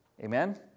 Amen